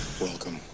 Welcome